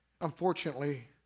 unfortunately